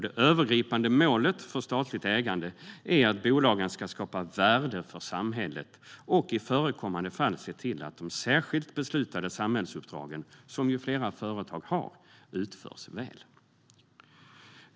Det övergripande målet för statligt ägande är att bolagen ska skapa värde för samhället och i förekommande fall se till att de särskilt beslutade samhällsuppdragen, som flera företag har, utförs väl.